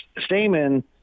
Stamen